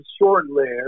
short-lived